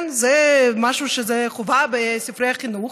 כן, זה משהו שהוא חובה בספרי החינוך,